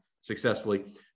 successfully